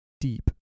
deep